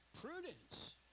prudence